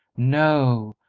no,